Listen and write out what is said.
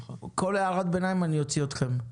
כל הערת ביניים, אני אוציא אתכם.